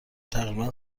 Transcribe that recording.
تقریبا